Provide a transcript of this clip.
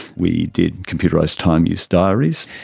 we did computerised time-use diaries.